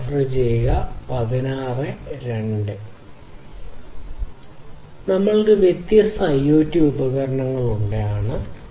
ഞങ്ങൾക്ക് വ്യത്യസ്ത IoT ഉപകരണങ്ങൾ ഉണ്ട് അവയാണ് കാര്യങ്ങൾ